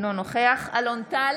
אינו נוכח אלון טל,